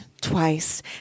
twice